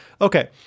Okay